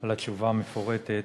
על התשובה המפורטת.